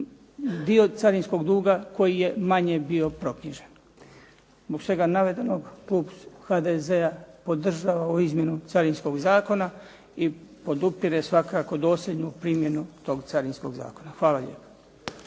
dio carinskog duga koji je manje bio proknjižen. Zbog svega navedenog klub HDZ-a podržava ovu izmjenu Carinskog zakona, i podupire svakako dosljednu primjenu tog Carinskog zakona. Hvala lijepo.